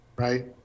right